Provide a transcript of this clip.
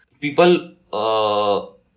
people